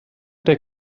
their